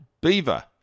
Beaver